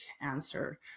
answer